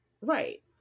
right